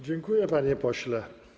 Dziękuję, panie pośle.